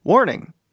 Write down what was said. Warning